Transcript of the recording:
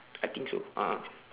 I think so a'ah